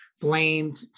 blamed